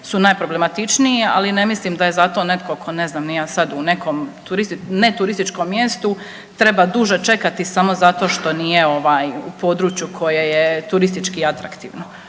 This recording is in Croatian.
su najproblematičniji, ali ne mislim da je zato tko, ne znam ni ja sad, u nekom neturističkom mjestu treba duže čekati samo zato što nije u području koje je turistički atraktivno.